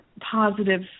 positive